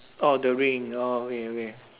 oh the ring orh okay okay